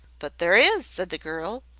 but there is, said the girl.